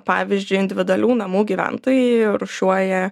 pavyždžiui individualių namų gyventojai rūšiuoja